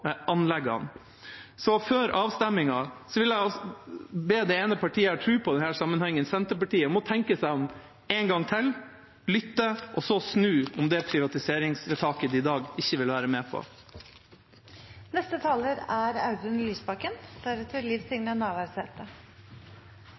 anleggene. Så før avstemningen vil jeg be det ene partiet jeg har tro på i denne sammenhengen, Senterpartiet, om å tenke seg om en gang til, lytte og så snu når det gjelder det privatiseringsvedtaket de i dag ikke vil være med på. Jeg legger merke til at veldig mange er